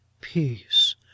peace